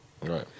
Right